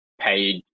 paid